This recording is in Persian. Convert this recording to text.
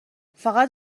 فقط